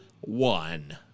one